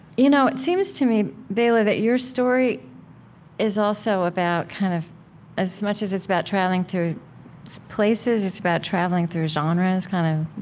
you know it seems to me, bela, that your story is also about kind of as much as it's about traveling through places, it's about traveling through genres kind of,